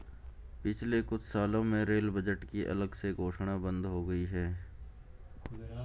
पिछले कुछ सालों में रेल बजट की अलग से घोषणा बंद हो गई है